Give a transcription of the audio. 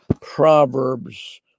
Proverbs